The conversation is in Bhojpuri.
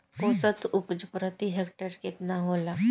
औसत उपज प्रति हेक्टेयर केतना होला?